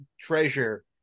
treasure